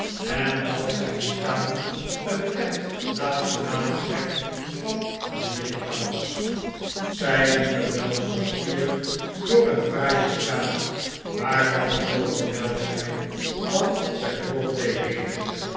en dat zijn bestaan een echt nationale trek van amerika was zij liepen wel een kwartier door een fraaie straat waarvan de kolonel zei dat zij broadway